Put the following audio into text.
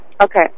Okay